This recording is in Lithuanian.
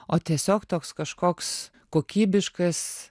o tiesiog toks kažkoks kokybiškas